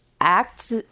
act